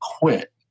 quit